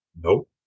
Nope